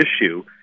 issue